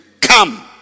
Come